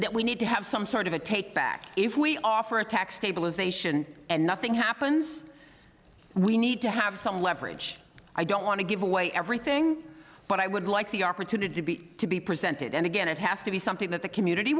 that we need to have some sort of a take back if we offer a tax stabilisation and nothing happens we need to have some leverage i don't want to give away everything but i would like the opportunity to be to be presented and again it has to be something that the community